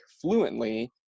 fluently